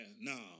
no